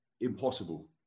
impossible